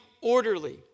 orderly